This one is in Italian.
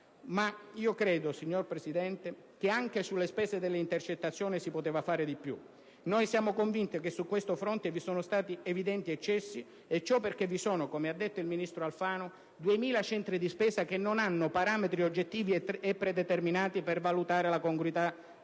ascolto. Signor Presidente, credo che anche sulle spese delle intercettazioni si poteva fare di più. Noi siamo convinti che su questo fronte vi sono stati evidenti eccessi e ciò perché vi sono, come ha detto il ministro Alfano, 2.000 centri di spesa che non hanno parametri oggettivi e predeterminati per valutare la congruità